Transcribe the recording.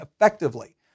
effectively